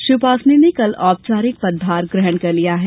श्री उपासने ने कल औपचारिक पदभार ग्रहण कर लिया है